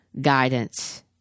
guidance